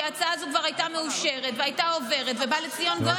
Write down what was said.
כי ההצעה הזאת כבר הייתה מאושרת והייתה עוברת ובא לציון גואל.